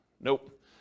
nope